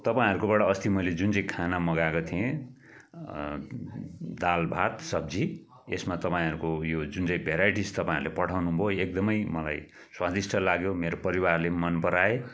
तपाईँहरूकोबाट अस्ति मैले जुन चाहिँ खाना मगाको थिएँ दाल भात सब्जी यस्मा तपाईँहरूको यो जुन भेराइटिस तपाईँहरूले पठाउनुभयो एकदमै मलाई स्वादिष्ट लाग्यो मेरो परिवारले पनि मन पराए